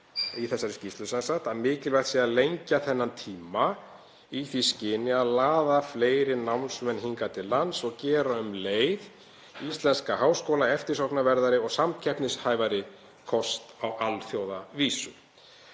byggist á, kemur fram að mikilvægt sé að lengja þennan tíma í því skyni að laða fleiri námsmenn hingað til lands og gera um leið íslenska háskóla eftirsóknarverðari og samkeppnishæfari kost á alþjóðavísu.